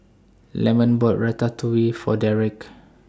Lemon bought Ratatouille For Dereck